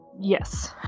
Yes